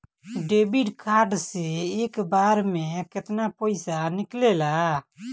Debit card से एक बार मे केतना पैसा निकले ला?